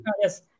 Yes